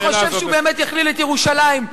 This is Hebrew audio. וחושב שהוא באמת יכליל את ירושלים?